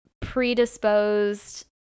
predisposed